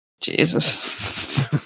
Jesus